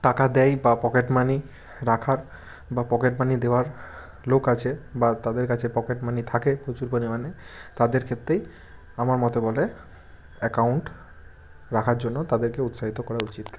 টাকা দেয় বা পকেট মানি রাখার বা পকেট মানি দেওয়ার লোক আছে বা তাদের কাছে পকেট মানি থাকে পোচুর পরিমাণে তাদের ক্ষেত্রেই আমার মতে বলে অ্যাকাউন্ট রাখার জন্য তাদেরকে উৎসাহিত করা উচিত